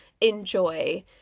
enjoy